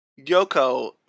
Yoko